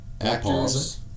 actors